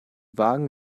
wagen